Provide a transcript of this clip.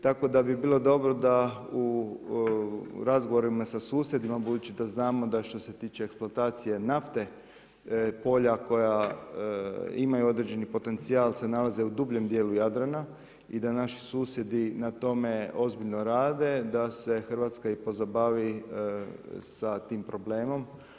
Tako da bi bilo dobro da u razgovorima sa susjedima, budući da znamo da što se tiče eksploatacije nafte, polja koja imaju određeni potencijal se nalaze u dubljem dijelu Jadrana i da naši susjedi na tome ozbiljno rade, da se hrvatska pozabavi sa tim problemom.